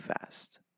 fast